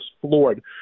floored